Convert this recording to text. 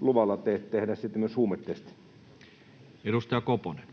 luvalla tehdä sitten myös huumetestin? [Speech